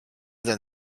than